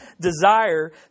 desire